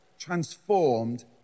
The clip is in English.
Transformed